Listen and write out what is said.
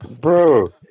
Bro